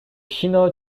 sino